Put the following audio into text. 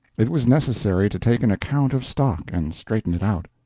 it was necessary to take an account of stock, and straighten it out.